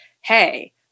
Hey